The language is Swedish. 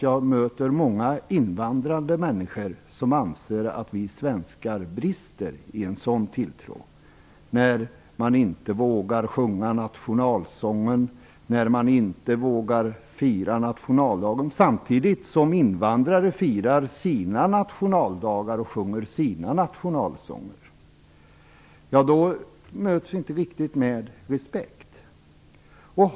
Jag möter många invandrare som anser att vi svenskar brister i sådan tilltro när vi inte vågar sjunga nationalsången och inte vågar fira nationaldagen samtidigt som invandrare firar sina nationaldagar och sjunger sina nationalsånger. Vi möts inte riktigt av respekt när vi inte vågar göra det.